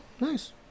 nice